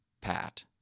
Pat